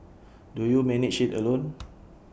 do you manage IT alone